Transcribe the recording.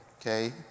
okay